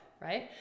right